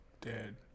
Dead